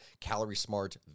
calorie-smart